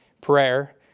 prayer